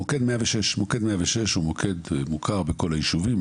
מוקד 106 הוא מוקד מוכר בכל היישובים,